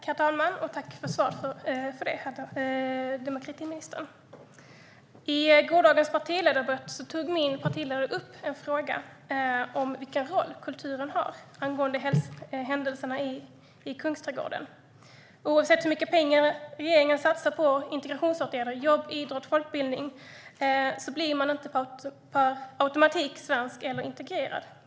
Herr talman! Tack för svaret, demokratiministern! I gårdagens partiledardebatt tog min partiledare upp en fråga om vilken roll kulturen har, angående händelserna i Kungsträdgården. Oavsett hur mycket pengar regeringen satsar på integrationsåtgärder, jobb, idrott och folkbildning blir man inte per automatik svensk eller integrerad.